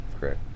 Correct